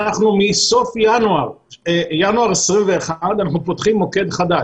אנחנו מסוף ינואר 2021 פותחים מוקד חדש,